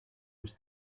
was